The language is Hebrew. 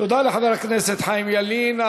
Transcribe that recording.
תודה לחבר הכנסת חיים ילין.